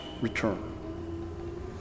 return